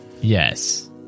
yes